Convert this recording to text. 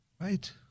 right